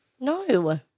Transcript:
No